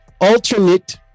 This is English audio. alternate